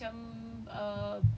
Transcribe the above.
in a shopping mall ke